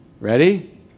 Ready